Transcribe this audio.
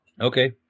Okay